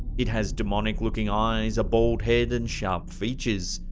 it has demonic looking eyes, a bald head, and sharp featured.